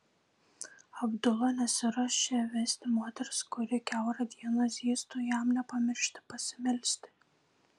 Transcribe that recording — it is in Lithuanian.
abdula nesiruošė vesti moters kuri kiaurą dieną zyztų jam nepamiršti pasimelsti